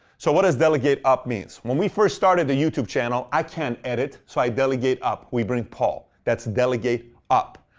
so what does delegate up mean? so when we first started the youtube channel, i can't edit, so i delegate up. we bring paul. that's delegate up.